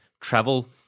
travel